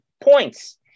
points